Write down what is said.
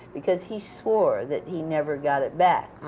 because he swore that he never got it back,